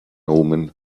omen